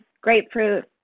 grapefruit